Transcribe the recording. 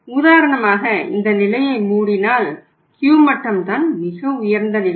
உதராணமாக இந்த நிலையை மூடினால் Q மட்டம் தான் மிக உயர்ந்த நிலை